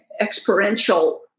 experiential